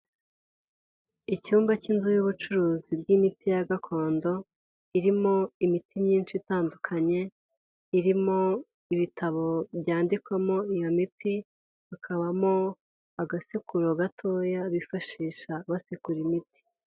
Icyumba k'inzu y'ubucuruzi bw'imiti ya gakondo, irimo imiti myinshi itandukanye, irimo ibitabo byandikwamo iyo miti, hakamo agasekuru gatoya bifashisha basekura imiti.